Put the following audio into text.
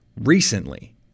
recently